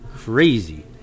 Crazy